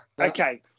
Okay